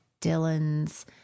Dylan's